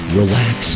relax